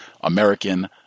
American